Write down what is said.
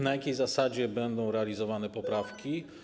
Na jakiej zasadzie będą realizowane poprawki?